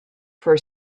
for